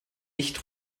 nicht